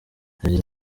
yagize